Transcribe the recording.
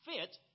fit